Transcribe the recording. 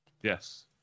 Yes